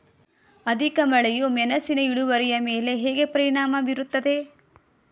ಅಧಿಕ ಮಳೆಯು ಮೆಣಸಿನ ಇಳುವರಿಯ ಮೇಲೆ ಹೇಗೆ ಪರಿಣಾಮ ಬೀರುತ್ತದೆ?